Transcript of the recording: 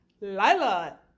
Lila